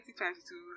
2022